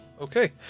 Okay